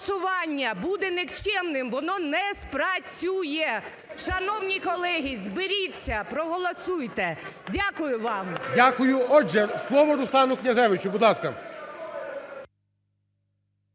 голосування буде нікчемним, воно не спрацює! Шановні колеги, зберіться, проголосуйте! Дякую вам. ГОЛОВУЮЧИЙ. Дякую. Отже, слово – Руслану Князевичу, будь ласка.